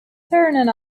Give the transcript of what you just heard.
turn